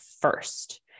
first